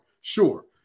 Sure